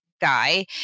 guy